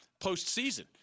postseason